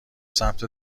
سمت